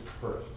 first